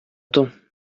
temps